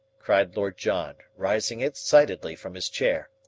cried lord john, rising excitedly from his chair.